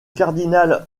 cardinal